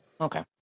Okay